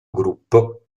gruppo